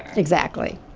exactly.